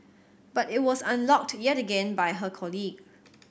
but it was unlocked yet again by her colleague